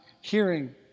hearing